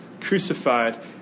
crucified